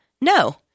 No